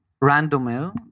random